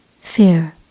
Fear